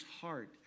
heart